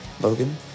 Logan